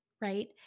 right